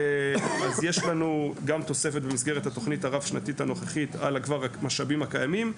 יש לנו במסגרת התוכנית הרב-שנתית הנוכחית גם תוספת על המשאבים הקיימים,